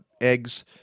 eggs